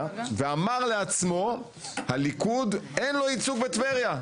ואמר לעצמו שלליכוד אין ייצוג בטבריה,